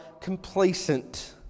complacent